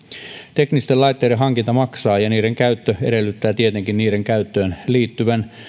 teknisten laitteiden hankinta maksaa ja niiden käyttö edellyttää tietenkin niiden käyttöön liittyvän